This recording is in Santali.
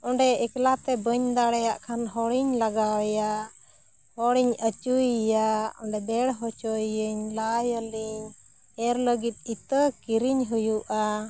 ᱚᱸᱰᱮ ᱮᱠᱞᱟᱛᱮ ᱵᱟᱹᱧ ᱫᱟᱲᱮᱭᱟᱜ ᱠᱷᱟᱱ ᱦᱚᱲᱤᱧ ᱞᱟᱜᱟᱣᱮᱭᱟ ᱦᱚᱲᱤᱧ ᱟᱪᱩᱭᱮᱭᱟ ᱚᱸᱰᱮ ᱵᱮᱲ ᱦᱚᱪᱚᱭᱮᱭᱟᱹᱧ ᱞᱟᱭᱟᱞᱤᱧ ᱮᱨ ᱞᱟᱹᱜᱤᱫ ᱤᱛᱟᱹ ᱠᱤᱨᱤᱧ ᱦᱩᱭᱩᱜᱼᱟ